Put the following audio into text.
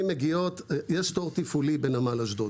יש תור תפעולי בנמל אשדוד.